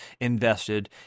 invested